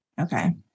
Okay